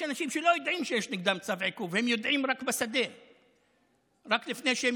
ייתכן שיהיה חוב של 100 שקלים,)